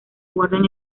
guardan